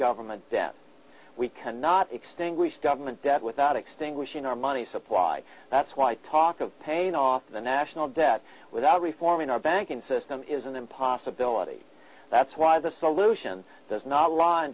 government debt we cannot extinguish government debt without extinguishing our money supply that's why talk of paying off the national debt without reforming our banking system isn't an possibility that's why the solution does not li